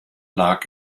lag